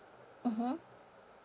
mmhmm